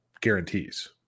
guarantees